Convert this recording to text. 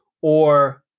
Or-